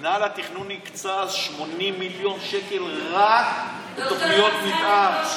מינהל התכנון הקצה 80 מיליון שקל רק לתוכניות מתאר.